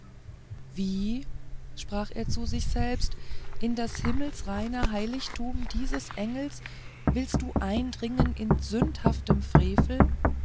wie sprach er zu sich selbst in das himmelreine heiligtum dieses engels willst du eindringen in sündhaftem frevel